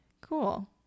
Cool